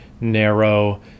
narrow